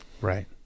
right